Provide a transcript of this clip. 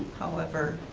however,